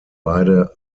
beide